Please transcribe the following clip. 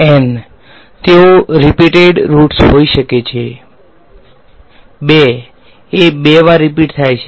maximum N તેઓ repeated roots હોઈ શકે છે 2 એ બે વાર રીપીટ થાય છે